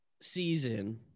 season